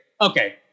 Okay